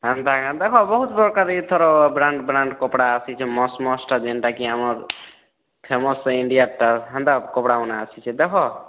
ଏନ୍ତା କେନ୍ତା ବହୁତ୍ ପ୍ରକାର୍ ଏଥର୍ ବ୍ରାଣ୍ଡ ବ୍ରାଣ୍ଡ କପଡ଼ା ଆସିଛେ ମସ୍ତ ମସ୍ତଟା ଯେନ୍ତାକି ଆମର୍ ଫେମଶ୍ ଇଣ୍ଡିଆ ଆକ୍ଟର୍ ହେନ୍ତା କପଡ଼ାମାନେ ଆସିଛେ ଦେଖ